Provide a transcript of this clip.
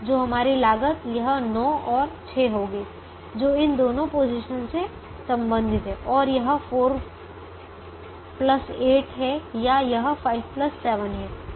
तो हमारी लागत यह 9 और यह 6 होगी जो इन दोनों पोजीशन से संबंधित है और यह 4 8 है या यह 5 7 है